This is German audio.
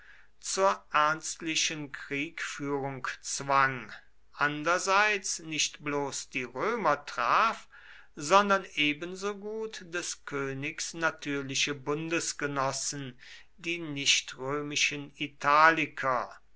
zur ernstlichen kriegführung zwang andererseits nicht bloß die römer traf sondern ebensogut des königs natürliche bundesgenossen die nichtrömischen italiker